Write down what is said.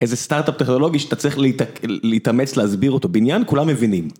איזה סטארט-אפ טכנולוגי שתצליח להתאמץ, להסביר אותו בעניין, כולם מבינים.